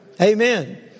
Amen